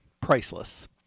priceless